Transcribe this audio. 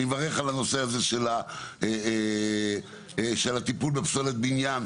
אני מברך על הנושא הזה של הטיפול בפסולת בניין,